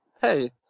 hey